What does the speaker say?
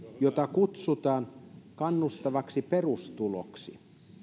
jota kutsutaan kannustavaksi perustuloksi